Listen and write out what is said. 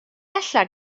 ella